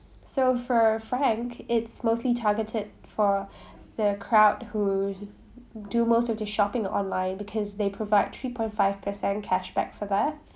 so for frank it's mostly targeted for the crowd who do most of the shopping online because they provide three point five percent cashback for that